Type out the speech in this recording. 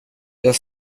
jag